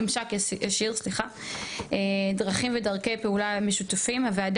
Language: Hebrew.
7. דרכים ודרכי פעולה משותפים: הוועדה